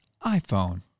iPhone